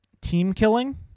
team-killing